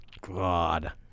God